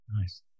Nice